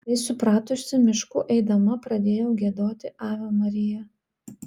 tai supratusi mišku eidama pradėjau giedoti ave maria